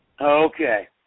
Okay